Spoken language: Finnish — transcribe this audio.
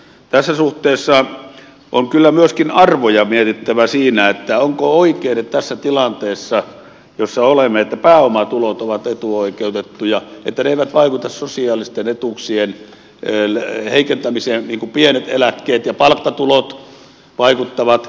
tässä suhteessa on kyllä myöskin arvoja mietittävä siinä onko oikein että tässä tilanteessa jossa olemme pääomatulot ovat etuoikeutettuja että ne eivät vaikuta sosiaalisten etuuksien heikentämiseen niin kuin pienet eläkkeet ja palkkatulot vaikuttavat